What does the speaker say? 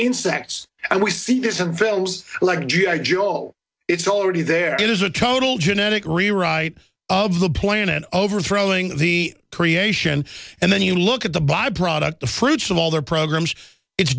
insects and we see this in films like g i joe it's already there it is a total genetic rewrite of the planet overthrowing the creation and then you look at the byproduct the fruits of all their programs it's